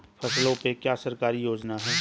फसलों पे क्या सरकारी योजना है?